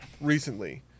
recently